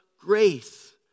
grace